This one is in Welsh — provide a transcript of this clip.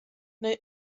neu